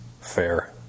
fair